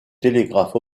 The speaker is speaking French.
télégraphe